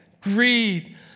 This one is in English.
greed